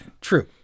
true